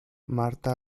marta